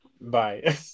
Bye